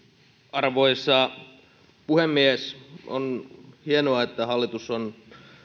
arvoisa puhemies on hienoa että hallitus on